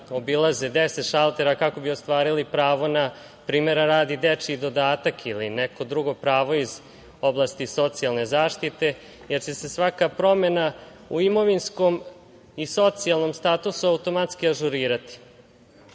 obilaze deset šaltera kako bi ostvarili pravo na, primera radi, dečji dodatak ili neko drugo pravo iz oblasti socijalne zaštite, jer će se svaka promena u imovinskom i socijalnom statusu automatski ažurirati.S